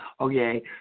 okay